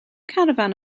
garafán